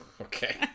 okay